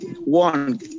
one